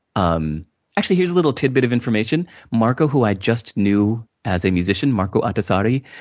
um actually, here's a little tidbit of information. marco, who i just knew as a musician, marco artesardi,